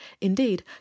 indeed